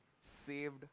saved